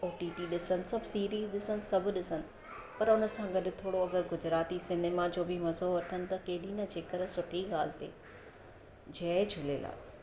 ओ T T ॾिसनि सभु series ॾिसनि सभु ॾिसनि पर हुन सां गॾु थोरो अगरि गुजराती सिनेमा जो बि मज़ो वठनि त केॾी न जेकर सुठी ॻाल्हि थिए जय झूलेलाल